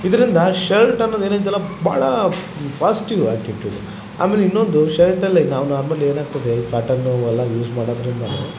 ಇದರಿಂದ ಶರ್ಟ್ ಅನ್ನೋದು ಏನೈತಲ್ಲ ಭಾಳ ಪಾಸ್ಟಿವ್ ಆಟಿಟ್ಯೂಡ್ ಆಮೇಲೆ ಇನ್ನೊಂದು ಶರ್ಟಲ್ಲಿ ನಾವು ನಾರ್ಮಲಿ ಏನಾಗ್ತದೆ ಈ ಕಾಟಾನು ಎಲ್ಲ ಯೂಸ್ ಮಾಡೋದ್ರಿಂದ